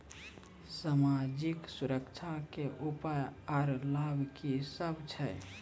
समाजिक सुरक्षा के उपाय आर लाभ की सभ छै?